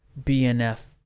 BNF